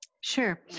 Sure